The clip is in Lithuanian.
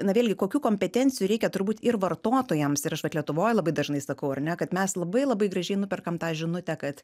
na vėlgi kokių kompetencijų reikia turbūt ir vartotojams ir aš vat lietuvoj labai dažnai sakau ar ne kad mes labai labai gražiai nuperkam tą žinutę kad